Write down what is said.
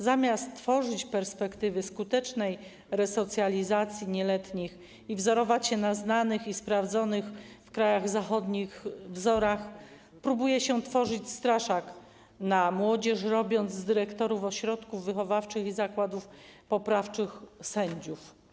Zamiast tworzyć perspektywy skutecznej resocjalizacji nieletnich i wzorować się na znanych i sprawdzonych w krajach zachodnich wzorach, próbuje się tworzyć straszak na młodzież, robiąc z dyrektorów ośrodków wychowawczych i zakładów poprawczych sędziów.